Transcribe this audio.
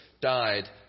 died